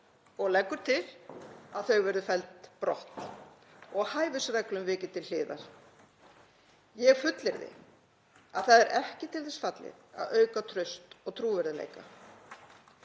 og leggur til að þau verði felld brott og hæfisreglum vikið til hliðar. Ég fullyrði að það er ekki til þess fallið að auka traust og trúverðugleika.